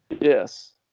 Yes